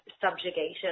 subjugation